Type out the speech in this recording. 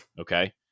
Okay